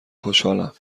خوشحالم